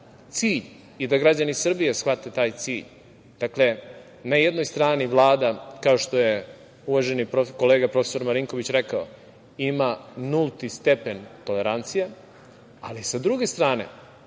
cilj, da građani Srbije shvate taj cilj. Dakle, na jednoj strani Vlada kao što je uvaženi kolega profesor Marinković rekao – ima nulti stepen tolerancije, ali sa druge strane